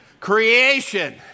Creation